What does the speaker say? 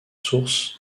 source